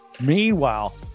Meanwhile